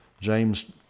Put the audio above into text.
James